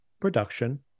production